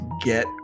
get